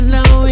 Now